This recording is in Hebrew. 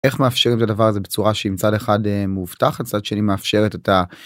איך נאפשר את הדבר הזה בצורה שהיא מצד אחד מאובטחת ומצד שני מאפשרת את ה...